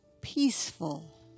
peaceful